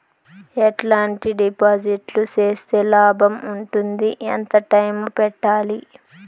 ఎట్లాంటి డిపాజిట్లు సేస్తే లాభం ఉంటుంది? ఎంత టైము పెట్టాలి?